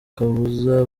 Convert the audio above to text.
kabuza